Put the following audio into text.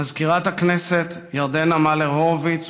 מזכירת הכנסת ירדנה מלר-הורוביץ,